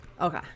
Okay